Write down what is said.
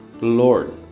Lord